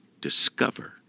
discover